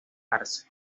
arce